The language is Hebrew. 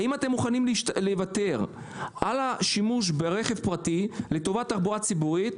האם אתם מוכנים לוותר על השימוש ברכב פרטי לטובת שימוש בתחבורה ציבורית?